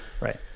Right